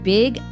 big